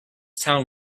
town